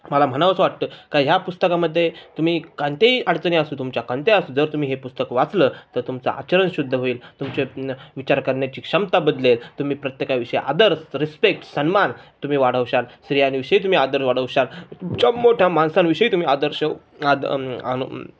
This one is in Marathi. मला म्हणावं असं वाटतं का ह्या पुस्तकामध्ये तुम्ही कोणत्याही अडचणी असो तुमच्या कोणत्याही असो जर तुम्ही हे पुस्तक वाचलं तर तुमचं आचरण शुद्ध होईल तुमचे विचार करण्याची क्षमता बदलेल तुम्ही प्रत्येकाविषयी आदर रिस्पेक्ट सन्मान तुम्ही वाढवशाल स्त्रियांविषयी तुम्ही आदर वाढवशाल तुमच्या मोठ्या माणसांविषयी तुम्ही आदर्श आद आणि